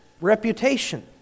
reputation